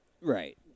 Right